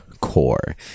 core